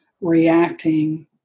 reacting